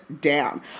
down